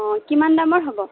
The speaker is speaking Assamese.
অঁ কিমান দামৰ হ'ব